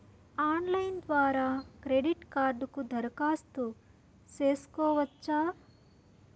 Online ద్వారా credit కార్డుకు దరఖాస్తు సేసుకోవచ్చా?